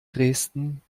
dresden